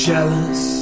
Jealous